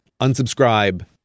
unsubscribe